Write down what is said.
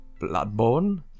Bloodborne